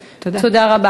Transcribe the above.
תודה.